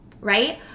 right